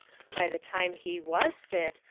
by the time he was fit,